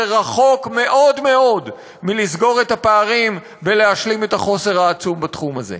זה רחוק מאוד מאוד מלסגור את הפערים ולהשלים את החוסר העצום בתחום הזה.